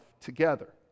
together